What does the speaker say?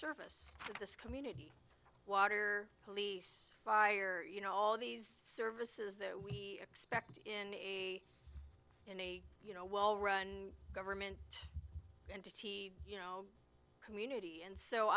of this community water police fire you know all these services that we expect in a in a you know well run government entity you know community and so